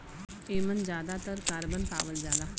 एमन जादातर कारबन पावल जाला